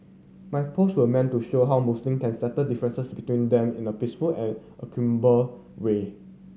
my post were meant to show how Muslim can settle differences between them in a peaceful and way